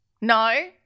No